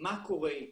מה קורה איתם,